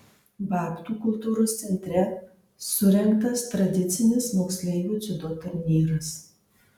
babtų kultūros centre surengtas tradicinis moksleivių dziudo turnyras